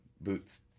boots